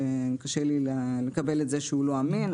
שקשה לי לקבל את זה שהוא לא אמין,